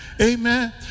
Amen